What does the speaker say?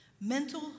mental